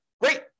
Great